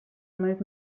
més